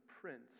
prince